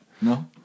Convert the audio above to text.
No